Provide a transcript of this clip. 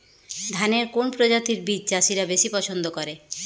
ধানের কোন প্রজাতির বীজ চাষীরা বেশি পচ্ছন্দ করে?